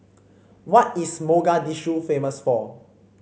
what is Mogadishu famous for